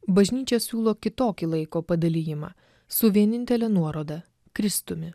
bažnyčia siūlo kitokį laiko padalijimą su vienintele nuoroda kristumi